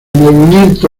movimiento